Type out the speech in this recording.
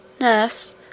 Nurse